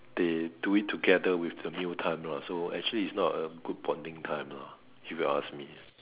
they do it together with the meal time lah so actually it's not a good bonding time lah if you ask me